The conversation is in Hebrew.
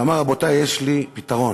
ואמר: רבותי, יש לי פתרון,